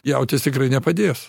jautis tikrai nepadės